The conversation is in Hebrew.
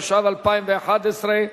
התשע"ב 2011,